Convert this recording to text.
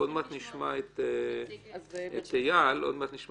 עוד מעט נשמע את איל מהאוצר.